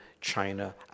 China